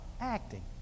acting